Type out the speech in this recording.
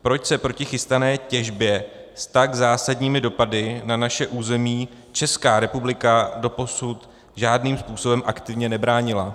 Proč se proti chystané těžbě s tak zásadními dopady na naše území Česká republika doposud žádným způsobem aktivně nebránila?